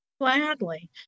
Gladly